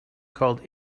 called